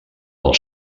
pel